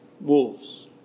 wolves